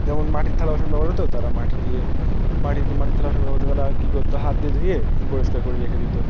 যেমন মাটির থালা বাসন ব্যবহার হতো তারা মাটি দিয়ে মাটির মাটির থালা বাসন ব্যবহার হতো তারা কী করত হাত দিয়ে ধুয়ে পরিষ্কার করে রেখে দিত